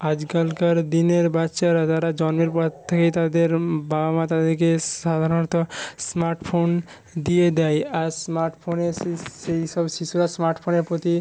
আজকালকার দিনের বাচ্চারা তারা জন্মের পর থেকেই তাদের বাবা মা তাদেরকে সাধারণত স্মার্ট ফোন দিয়ে দেয় আর স্মার্ট ফোনের সেই সব শিশুরা স্মার্ট ফোনের প্রতি